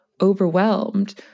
overwhelmed